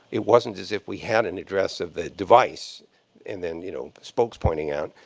it wasn't as if we had an address of the device and then, you know, spokes pointing out.